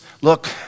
look